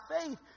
faith